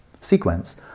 sequence